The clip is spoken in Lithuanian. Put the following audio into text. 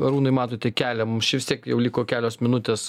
arūnai matote kelią mums čia vis tiek jau liko kelios minutės